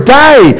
day